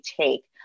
take